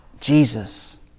Jesus